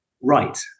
right